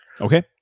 okay